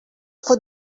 for